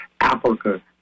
Africa